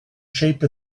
shape